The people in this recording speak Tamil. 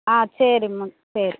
ஆ சரிம்மா சரி